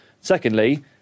Secondly